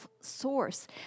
source